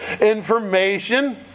information